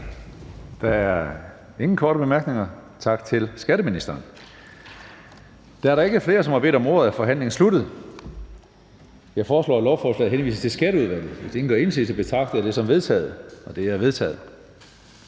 Der er ingen korte bemærkninger. Tak til skatteministeren. Da der ikke er flere, som har bedt om ordet, er forhandlingen sluttet. Jeg foreslår, at lovforslaget henvises til Skatteudvalget. Hvis ingen gør indsigelse, betragter jeg det som vedtaget. Det er vedtaget.